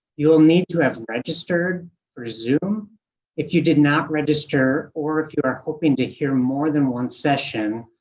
you will need to have registered for zoom if you did not register, or if you are hoping to hear more than one session,